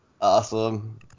Awesome